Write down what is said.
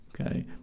okay